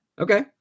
Okay